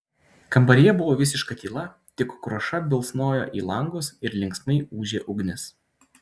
kambaryje buvo visiška tyla tik kruša bilsnojo į langus ir linksmai ūžė ugnis